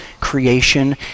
creation